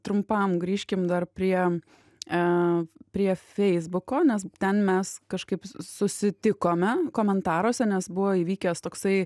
trumpam grįžkim dar prie a prie feisbuko nes ten mes kažkaip susitikome komentaruose nes buvo įvykęs toksai